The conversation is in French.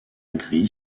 grille